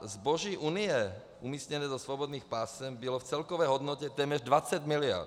Zboží Unie umístěné do svobodných pásem bylo v celkové hodnotě téměř 20 mld.